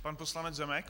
Pan poslanec Zemek.